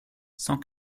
cent